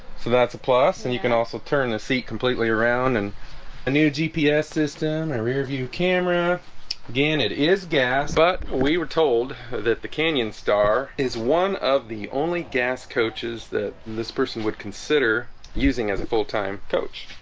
so that's a plus and you can also turn the seat completely around and a new gps system and rear view camera again, it is gas but we were told that the canyon star is one of the only gas coaches that this person would consider using as a full-time coach